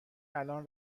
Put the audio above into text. الان